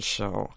Show